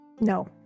No